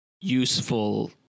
useful